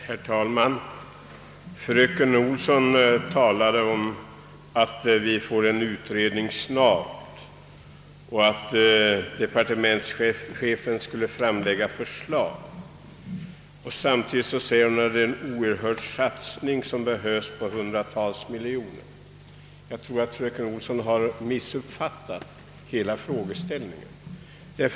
Herr talman! Fröken Olsson sade att vi snart får se resultatet av utredningen i vattenvårdsfrågan och att departementschefen då kommer att framlägga förslag. Hon framhöll också att det här gäller en oerhörd satsning på hundratals miljoner kronor. Fröken Olsson tycks emellertid ha missuppfattat hela frågeställningen.